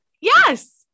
Yes